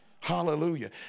hallelujah